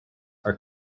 are